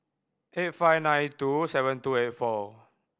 eight five nine two seven two eight four